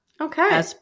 Okay